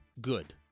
good